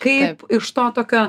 kaip iš to tokio